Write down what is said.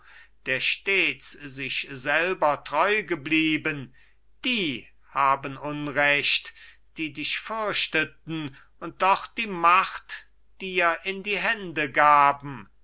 der stets sich selber treu geblieben die haben unrecht die dich fürchteten und doch die macht dir in die hände gaben